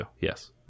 Yes